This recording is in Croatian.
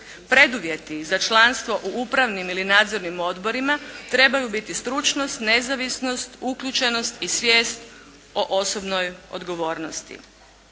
Preduvjeti za članstvo u upravnim ili nadzornim odborima trebaju biti stručnost, nezavisnost, uključenost i svijest o osobnoj odgovornosti.